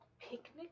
Picnic